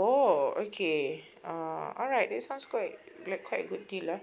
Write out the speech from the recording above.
oh okay uh alright that sounds quite really quite good deal ah